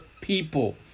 people